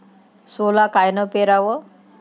सोला कायनं पेराव?